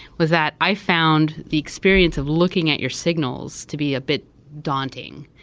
was that i found the experience of looking at your signals to be a bit daunting.